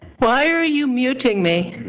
why are you muting me?